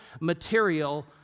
material